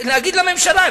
להגיד לממשלה,